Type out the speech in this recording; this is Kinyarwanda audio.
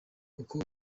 uko